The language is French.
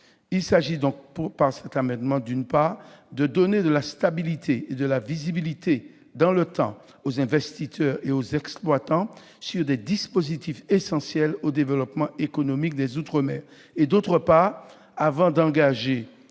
il s'agit, d'une part, de donner de la stabilité et de la visibilité dans le temps aux investisseurs et aux exploitants sur des dispositifs essentiels au développement économique des outre-mer et, d'autre part, avant de